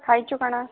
ଖାଇଛୁ କ'ଣ